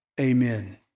amen